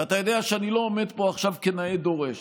ואתה יודע שאני לא עומד פה עכשיו כנאה דורש,